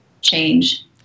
change